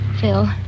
Phil